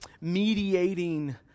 mediating